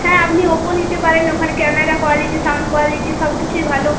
হ্যাঁ আপনি ওপো নিতে পারেন ওখানে ক্যামেরা কোয়ালিটি সাউন্ড কোয়ালিটি সবকিছুই ভালো